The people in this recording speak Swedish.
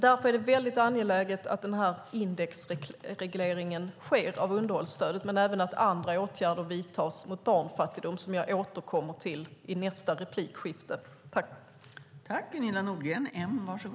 Därför är det angeläget att det sker en indexreglering av underhållsstöd men även att andra åtgärder vidtas mot barnfattigdom, som jag återkommer till i nästa inlägg.